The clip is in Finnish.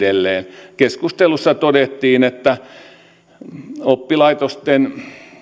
niin edelleen keskustelussa todettiin että oppilaitosten